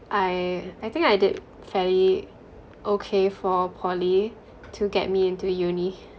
I I think I did fairly okay for poly to get me into uni